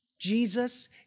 Jesus